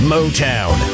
Motown